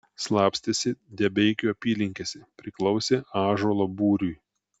slapstėsi debeikių apylinkėse priklausė ąžuolo būriui